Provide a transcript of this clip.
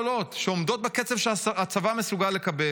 אפילו מכסות מאוד גדולות שעומדות בקצב שהצבא מסוגל לקבל,